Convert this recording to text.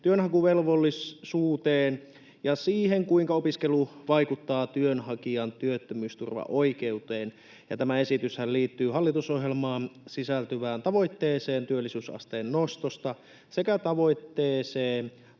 työnhakuvelvollisuuteen ja siihen, kuinka opiskelu vaikuttaa työnhakijan työttömyysturvaoikeuteen. Ja tämä esityshän liittyy hallitusohjelmaan sisältyvään tavoitteeseen työllisyysasteen nostosta sekä tavoitteeseen